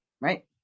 Right